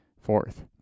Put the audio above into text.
fourth